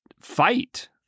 fight